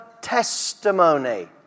Testimony